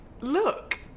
look